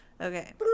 Okay